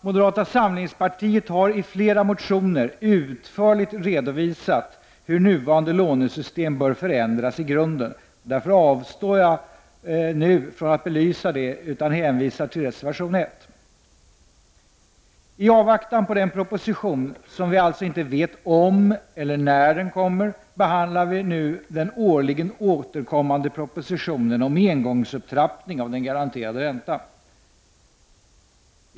Moderata samlingspartiet har i flera motioner utförligt redo visat hur nuvarande lånesystem bör förändras i grunden. Därför avstår jag nu ifrån att belysa detta utan hänvisar till reservation 1. I avvaktan på den proposition som vi alltså inte vet om eller när den kommer behandlar vi nu den årligen återkommande propositionen om engångsupptrappning av den garanterade räntan.